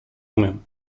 umiem